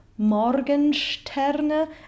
morgensterne